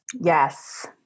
Yes